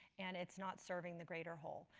and it's not serving the greater whole.